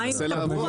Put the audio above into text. מה עם תפוח?